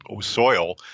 soil